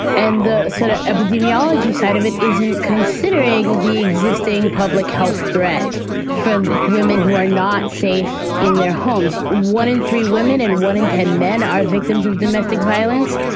and the sort of epidemiology side of it isn't considering the existing public health threat for women who are not safe in their homes. one in three women and one in ten men are victims of domestic violence,